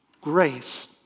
grace